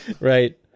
Right